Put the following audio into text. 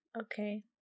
Okay